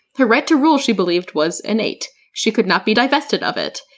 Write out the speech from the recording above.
the right to rule she believed was innate, she could not be divested of it.